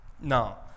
Now